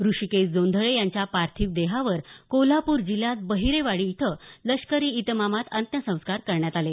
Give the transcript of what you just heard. ऋषिकेश जोंधळे यांच्या पार्थिव देहावर कोल्हापूर जिल्ह्यात बहिरेवाडी इथं लष्करी इतमामात अंत्यसंस्कार करण्यात आले